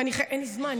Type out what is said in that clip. ואין לי זמן,